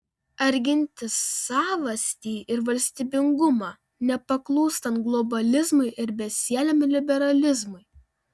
ar ginti savastį ir valstybingumą nepaklūstant globalizmui ir besieliam liberalizmui